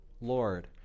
Lord